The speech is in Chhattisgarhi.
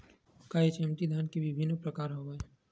का एच.एम.टी धान के विभिन्र प्रकार हवय?